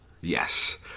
Yes